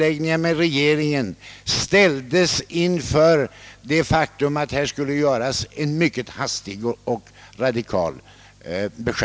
Utredningen fick dessa direktiv sedan dess ordförande hade haft täta överläggningar med regeringen.